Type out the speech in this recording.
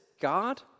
God